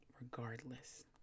regardless